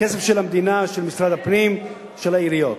כסף של המדינה, של משרד הפנים, של העיריות.